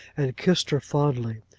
and kissed her fondly,